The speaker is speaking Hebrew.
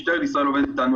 משטרת ישראל עובדת אתנו.